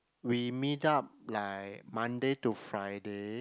we meet up like Monday to Friday